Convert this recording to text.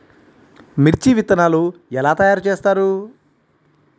మిర్చి విత్తనాలు ఎలా తయారు చేస్తారు?